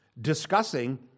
discussing